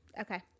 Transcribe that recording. Okay